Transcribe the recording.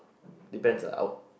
depends lah our